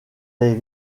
les